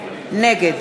נגד